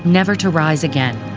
never to rise again.